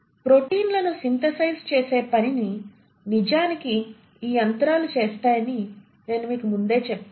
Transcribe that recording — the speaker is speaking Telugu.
ప్రోటీన్లను సింథసైజ్ చేసే పనిని నిజానికి ఈ యంత్రాలు చేస్తాయని నేను మీకు ముందే చెప్పాను